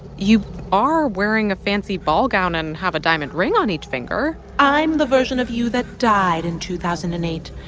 you are wearing a fancy ball gown and have a diamond ring on each finger i'm the version of you that died in two thousand and eight.